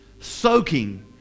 soaking